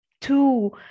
two